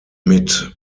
mit